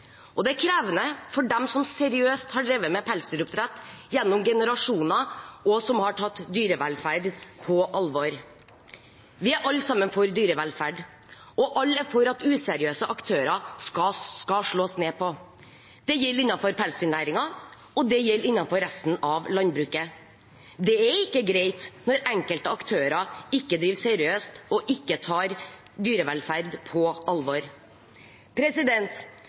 i. Det er krevende for dem som har drevet seriøst med pelsdyroppdrett gjennom generasjoner, og som har tatt dyrevelferd på alvor. Vi er alle sammen for dyrevelferd, og alle er for at useriøse aktører skal slås ned på. Det gjelder innenfor pelsdyrnæringen, og det gjelder innenfor resten av landbruket. Det er ikke greit når enkelte aktører ikke driver seriøst og ikke tar dyrevelferd på alvor.